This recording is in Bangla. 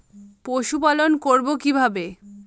পশুপালন করব কিভাবে?